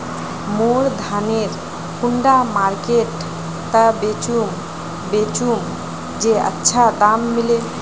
मोर धानेर कुंडा मार्केट त बेचुम बेचुम जे अच्छा दाम मिले?